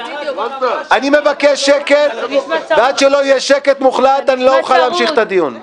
אני מבקש שקט ועד שלא יהיה שקט מוחלט אני לא אוכל להמשיך את הדיון.